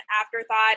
afterthought